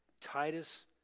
Titus